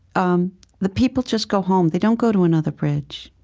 um the people just go home. they don't go to another bridge.